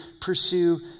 pursue